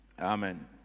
amen